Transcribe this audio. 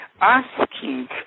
asking